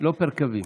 לא פר קווים.